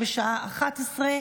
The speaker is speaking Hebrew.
2023,